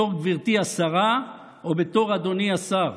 בתור גברתי השרה או בתור אדוני השר?